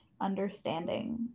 understanding